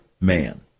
man